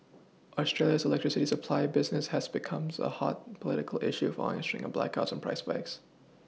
Australia's electricity supply business has becomes a hot political issue following a string of blackouts and price spikes